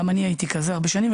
גם אני הייתי כזה הרבה שנים,